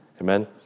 Amen